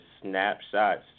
snapshots